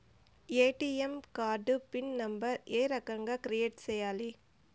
ATM card pin number ఏ రకంగా create సేయాలి